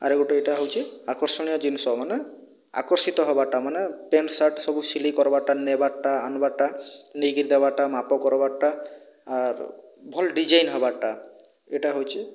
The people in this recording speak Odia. ଆର୍ ଗୁଟେ ଏଇଟା ହଉଛେ ଆକର୍ଷଣୀୟ ଜିନିଷ ମାନେ ଆକର୍ଷିତ ହେବାଟା ମାନେ ପ୍ୟାଣ୍ଟ ସାର୍ଟ୍ ସବୁ ସିଲେଇ କର୍ବାର୍ଟା ନେଇବାର୍ଟା ଆନବର୍ଟା ନେଇକରି ଦବାର୍ଟା ମାପ କରିବାଟା ଆର୍ ଭଲ୍ ଡିଜାଇନ୍ ହବାର୍ଟା ଏଇଟା ହଉଛେ